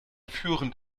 führend